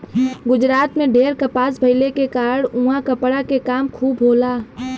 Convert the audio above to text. गुजरात में ढेर कपास भइले के कारण उहाँ कपड़ा के काम खूब होला